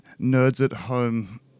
nerds-at-home